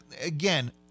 again